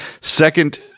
Second